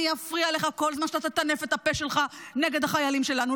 אני אפריע לך כל זמן שאתה תטנף את הפה שלך נגד החיילים שלנו.